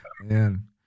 man